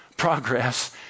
Progress